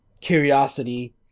curiosity